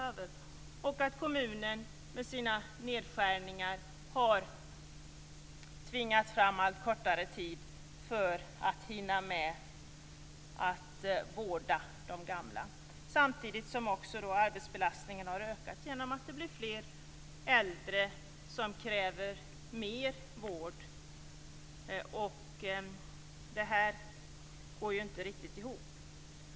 De märker att kommunen med sina nedskärningar har tvingat fram allt kortare tid för att hinna med att vårda de gamla, samtidigt som också arbetsbelastningen har ökat genom att det blir fler äldre som kräver mer vård. Det här går inte riktigt ihop.